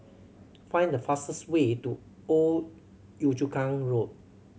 find the fastest way to Old Yio Chu Kang Road